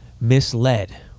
misled